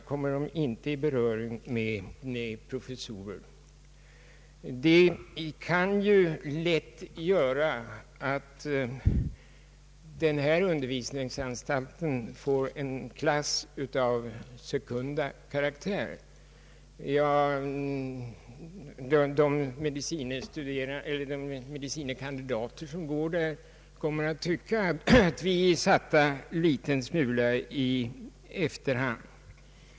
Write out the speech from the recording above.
Det kan lätt medföra att denna undervisning blir klassad som en undervisning av sekunda karaktär. De medicinska kandidaterna i denna utbildning kommer att tycka att de är satta en liten smula i efterhand.